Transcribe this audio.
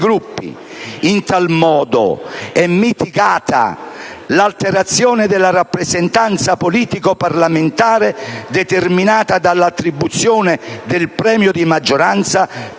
Gruppi. In tal modo è mitigata l'alterazione della rappresentanza politico-parlamentare determinata dall'attribuzione del premio di maggioranza